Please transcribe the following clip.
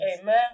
Amen